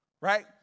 right